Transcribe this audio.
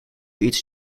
iets